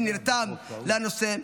שנרתם לנושא,